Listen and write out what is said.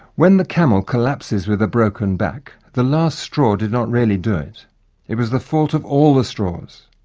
when the camel collapses with a broken back, the last straw did not really do it. it was the fault of all the straws.